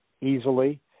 easily